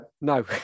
No